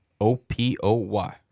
O-P-O-Y